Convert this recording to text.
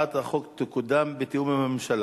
הצעת החוק תקודם בתיאום עם הממשלה?